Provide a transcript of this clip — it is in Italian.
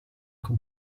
con